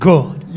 God